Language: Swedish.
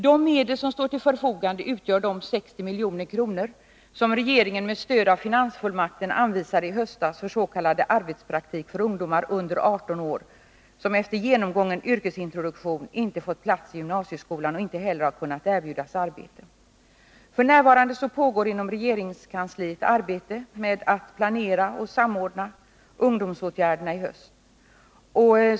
De medel som står till förfogande utgörs av de 60 milj.kr. som regeringen med stöd av finansfullmakten anvisade i höstas för s.k. arbetspraktik för ungdomar under 18 år som efter genomgången yrkesintroduktion inte fått plats i gymnasieskolan och inte heller har kunnat erbjudas arbete. F. n. pågår inom regeringskansliet arbete med att planera och samordna ungdomsåtgärderna i höst.